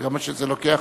גם כשזה לוקח